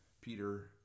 Peter